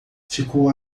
ficou